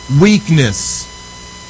weakness